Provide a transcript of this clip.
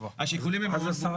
השיקולים הם מאוד ברורים.